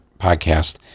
podcast